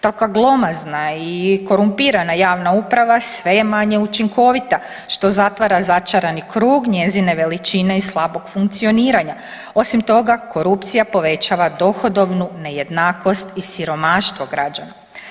Takva glomazna i korumpirana javna uprava sve je manje učinkovita, što zatvara začarani krug njezine veličine i slabog funkcioniranja, osim toga korupcija povećava dohodovnu nejednakost i siromaštvo građana.